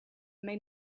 may